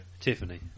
Tiffany